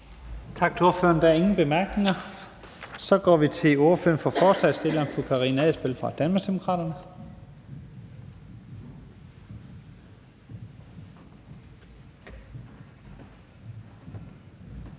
Tak til ordføreren. Der er ingen korte bemærkninger. Så går vi til ordføreren for forslagsstillerne, fru Karina Adsbøl fra Danmarksdemokraterne.